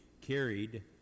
carried